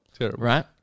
right